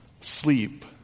Sleep